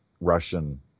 Russian